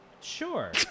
Sure